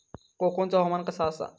कोकनचो हवामान कसा आसा?